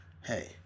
hey